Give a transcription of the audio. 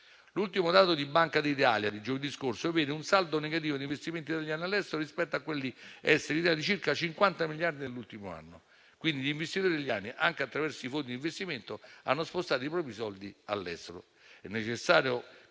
L'ultimo dato della Banca d'Italia, di giovedì scorso, vede un saldo negativo di investimenti italiani all'estero, rispetto a quelli esteri in Italia, di circa 50 miliardi nell'ultimo anno. Gli investitori italiani, anche attraverso i fondi di investimento, hanno quindi spostato i propri soldi all'estero. È necessario